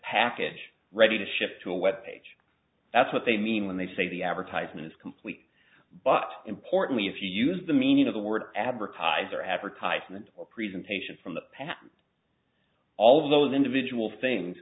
package ready to ship to a web page that's what they mean when they say the advertisement is complete but importantly if you use the meaning of the word advertise or advertisement or presentation from the past all of those individual things